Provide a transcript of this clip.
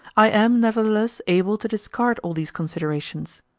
i am nevertheless able to discard all these considerations